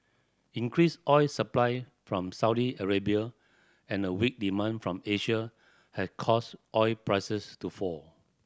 increased oil supply from Saudi Arabia and a weak demand from Asia has caused oil prices to fall